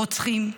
ברוצחים.